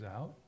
out